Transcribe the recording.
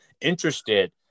interested